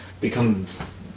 becomes